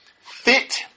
fit